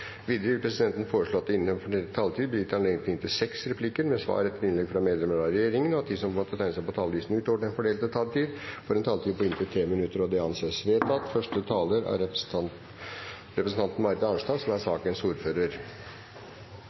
Videre vil presidenten foreslå at det – innenfor den fordelte taletid – blir gitt anledning til inntil seks replikker med svar etter innlegg fra medlemmer av regjeringen, og at de som måtte tegne seg på talerlisten utover den fordelte taletid, får en taletid på inntil 3 minutter. – Det anses vedtatt. Det er